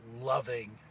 loving